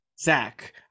Zach